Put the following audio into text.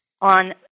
on